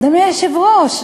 אדוני היושב-ראש,